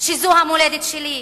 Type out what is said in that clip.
שזו המולדת שלי?